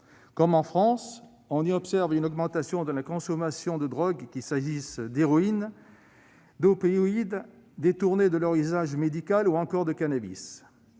Comme en France, on y observe une augmentation de la consommation de drogues, qu'il s'agisse d'héroïne, d'opioïdes détournés de leur usage médical ou encore de cannabis.